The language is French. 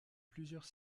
plusieurs